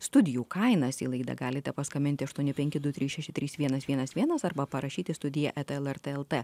studijų kainas į laidą galite paskambinti aštuoni penki du trys šeši trys vienas vienas vienas arba parašyti studija eta lrt lt